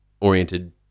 oriented